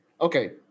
Okay